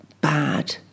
bad